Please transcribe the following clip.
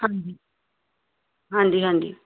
ਹਾਂਜੀ ਹਾਂਜੀ ਹਾਂਜੀ